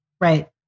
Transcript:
right